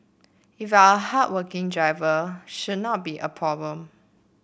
if you're a hardworking driver should not be a problem